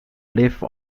live